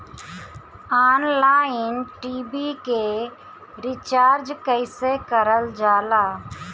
Online TV के recharge कईसे करल जाला?